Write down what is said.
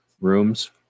rooms